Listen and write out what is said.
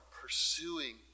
pursuing